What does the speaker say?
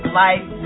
life